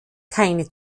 keine